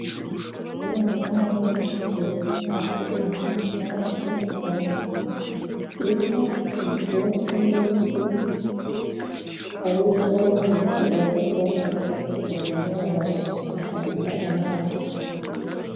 Abana bari ku mugezi bateranye, aho bagiye kuvoma, hirya hari ibyatsi n'ibiti, hari uwari umanutse aje kubafasha kugira ngo babashe gupompa amazi.